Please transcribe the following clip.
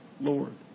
Lord